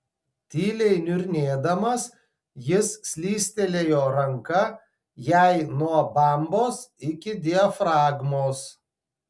tyliai niurnėdamas jis slystelėjo ranka jai nuo bambos iki diafragmos